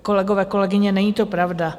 Kolegové, kolegyně, není to pravda.